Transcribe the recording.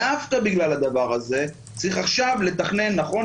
דווקא בגלל הדבר הזה צריך עכשיו לתכנן נכון,